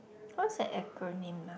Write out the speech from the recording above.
what's an acronym ah